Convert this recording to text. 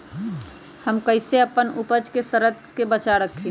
हम कईसे अपना उपज के सरद से बचा के रखी?